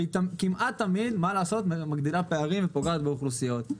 הפרטה כמעט תמיד מגדילה פערים ופוגעת באוכלוסיות.